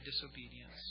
disobedience